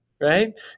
right